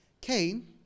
Cain